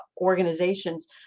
organizations